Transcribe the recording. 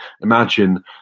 imagine